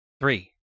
three